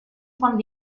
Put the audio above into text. von